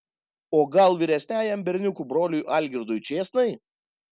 o gal vyresniajam berniukų broliui algirdui čėsnai